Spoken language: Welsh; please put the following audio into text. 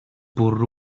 bwrw